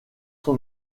son